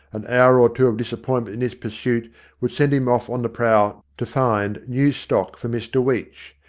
an hour or two of disappointment in this pursuit would send him off on the prowl to find new stock for mr weech.